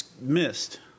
missed